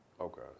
okay